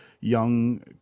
young